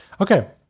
Okay